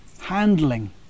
handling